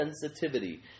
sensitivity